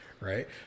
Right